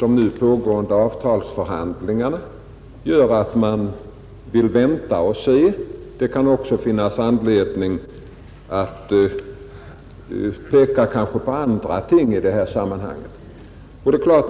de nu pågående avtalsförhandlingarna gör att man vill vänta och se. Det kan också finnas anledning att peka på andra ting i det här sammanhanget.